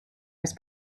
his